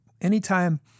Anytime